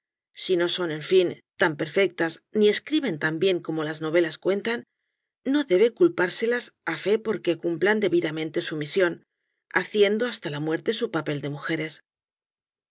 si no son en fin tan perfectas ni escriben tan bien como las novelas cuentan no debe culpárselas á fe porque cumplan debidamente su misión haciendo hasta la muerte su papel de mujeres